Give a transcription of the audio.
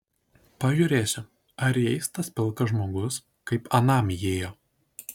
pažiūrėsiu ar įeis tas pilkas žmogus kaip anam įėjo